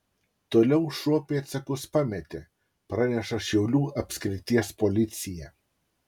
toliau šuo pėdsakus pametė praneša šiaulių apskrities policija